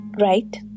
right